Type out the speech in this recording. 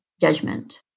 judgment